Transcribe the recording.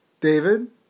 David